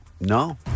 No